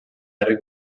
harry